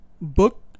Book